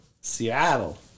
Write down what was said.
Seattle